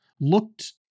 looked